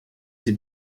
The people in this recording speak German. sie